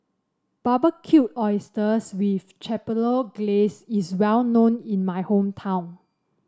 Barbecued Oysters with Chipotle Glaze is well known in my hometown